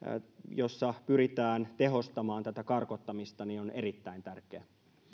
jossa pyritään tehostamaan karkottamista on erittäin tärkeä